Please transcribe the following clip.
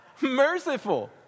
merciful